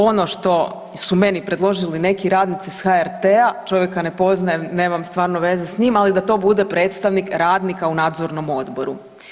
Ono što su meni predložili neki radnici s HRT-a, čovjeka ne poznajem nemam stvarno veze s njim, ali da to bude predstavnik radnika u nadzornom odboru.